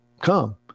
come